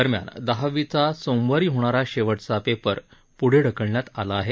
दरम्यान दहावीचा सोमवारी होणारा शेवटचा पेपर पुढं ढकलण्यात आला आहे